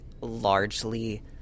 largely